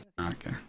Okay